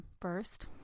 first